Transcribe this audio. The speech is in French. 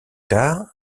tard